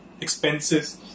Expenses